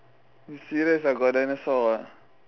serious ah got dinosaur ah